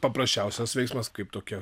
paprasčiausias veiksmas kaip tokie